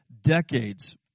decades